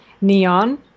Neon